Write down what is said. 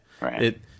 right